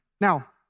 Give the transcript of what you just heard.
Now